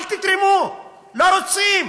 אל תתרמו, לא רוצים.